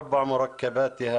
תתקיים על ארבעת מרכיביה.